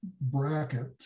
bracket